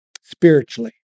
Spiritually